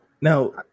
Now